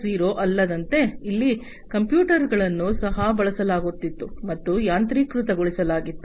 0 ಅಲ್ಲದಂತೆ ಎಲ್ಲಿ ಕಂಪ್ಯೂಟರ್ಗಳನ್ನು ಸಹ ಬಳಸಲಾಗುತ್ತಿತ್ತು ಮತ್ತು ಯಾಂತ್ರೀಕೃತ ಗೊಳಿಸಲಾಗಿತ್ತು